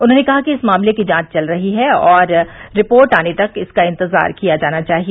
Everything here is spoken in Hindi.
उन्होंने कहा कि इस मामले की जांच चल रही है और रिर्पार्ट आने तक इसका इंतजार किया जाना चाहिए